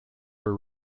were